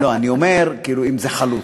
אני אומר, כאילו, אם זה חלוט.